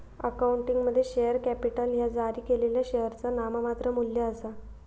अकाउंटिंगमध्ये, share capital ह्या जारी केलेल्या शेअरचा नाममात्र मू्ल्य आसा